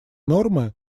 нормы